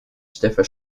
stiffer